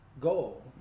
goal